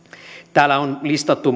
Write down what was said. täällä on listattu